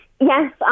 Yes